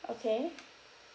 okay